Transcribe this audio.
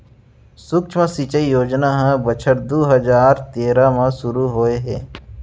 सुक्ष्म सिंचई योजना ह बछर दू हजार तेरा म सुरू होए हे